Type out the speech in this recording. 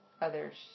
others